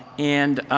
and